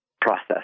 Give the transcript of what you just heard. process